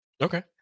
Okay